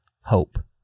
hope